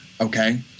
Okay